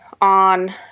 on